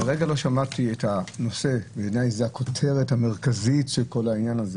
לרגע לא שמעתי את הנושא ובעיניי זו הכותרת המרכזית של כל העניין הזה